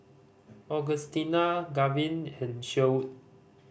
Augustina Gavin and Sherwood